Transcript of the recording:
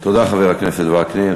תודה, חבר הכנסת וקנין.